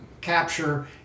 capture